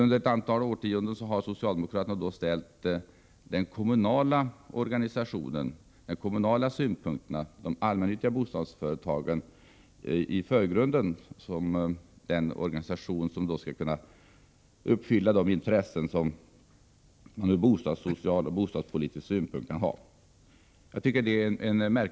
Under ett antal årtionden har socialdemokraterna ställt den kommunala organisationen och de kommunala synpunkterna i förgrunden och sagt att de allmännyttiga bostadsföretagen skall kunna tillgodose de intressen människor kan ha från bostadssocial och bostadspolitisk synpunkt.